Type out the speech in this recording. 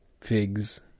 Figs